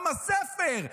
עם הספר,